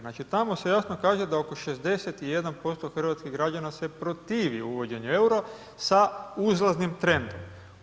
Znači, tamo se jasno kaže da oko 61% hrvatskih građana se protivi uvođenju EUR-a sa uzlaznim trendom.